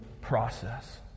process